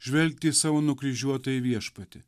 žvelgti į savo nukryžiuotąjį viešpatį